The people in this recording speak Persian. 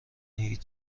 هیچ